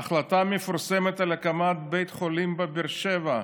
ההחלטה המפורסמת על הקמת בית חולים בבאר שבע,